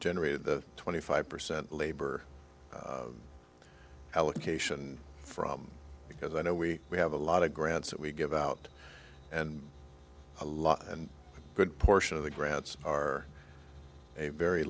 generated the twenty five percent labor allocation from because i know we we have a lot of grants that we give out and a lot and a good portion of the grants are a very